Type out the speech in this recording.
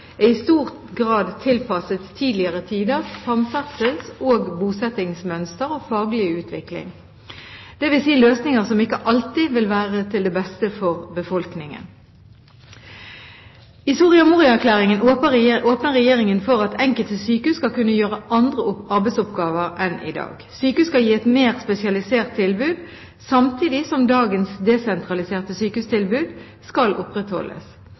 er i stor grad tilpasset tidligere tiders samferdsels- og bosettingsmønster og faglige utvikling – det vil si løsninger som ikke alltid vil være det beste tilbudet for befolkningen. I Soria Moria-erklæringen åpner Regjeringen for at enkelte sykehus skal kunne gjøre andre arbeidsoppgaver enn i dag. Sykehus skal gi et mer spesialisert tilbud, samtidig som dagens desentraliserte sykehustilbud skal opprettholdes.